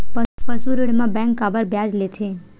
पशु ऋण म बैंक काबर ब्याज लेथे?